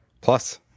Plus